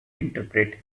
interpret